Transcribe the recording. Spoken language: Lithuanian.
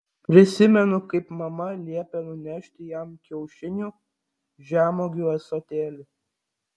prisimenu kaip mama liepė nunešti jam kiaušinių žemuogių ąsotėlį